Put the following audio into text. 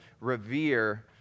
revere